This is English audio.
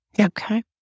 Okay